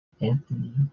Anthony